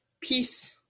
Peace